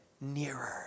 nearer